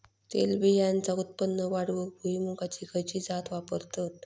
तेलबियांचा उत्पन्न वाढवूक भुईमूगाची खयची जात वापरतत?